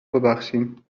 ببخشیم